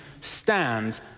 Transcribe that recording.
stand